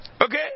Okay